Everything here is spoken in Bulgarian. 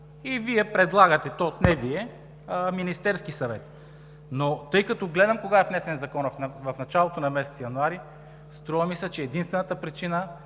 не Вие, а Министерският съвет. Но тъй като гледам кога е внесен Законът – в началото на месец януари, струва ми се, че единствената причина